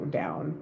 down